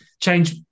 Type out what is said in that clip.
change